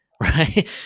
Right